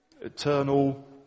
eternal